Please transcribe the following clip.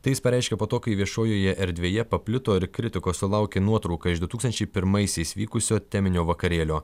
tai jis pareiškė po to kai viešojoje erdvėje paplito ir kritikos sulaukė nuotrauka iš du tūkstančiai pirmaisiais vykusio teminio vakarėlio